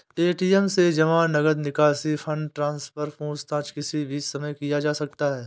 ATM से जमा, नकद निकासी, फण्ड ट्रान्सफर, पूछताछ किसी भी समय किया जा सकता है